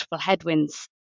headwinds